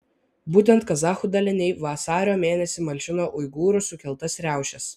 būtent kazachų daliniai vasario mėnesį malšino uigūrų sukeltas riaušes